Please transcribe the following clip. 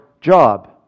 job